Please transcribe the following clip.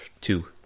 two